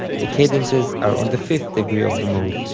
the cadences are on the fifth degree of the mode,